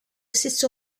stesso